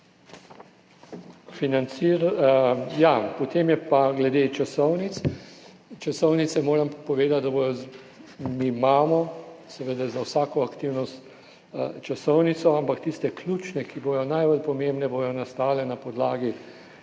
vpeljano. Glede časovnic. Časovnice, moram povedati, da mi imamo za vsako aktivnost časovnico, ampak tiste ključne, ki bodo najbolj pomembne, bodo nastale na podlagi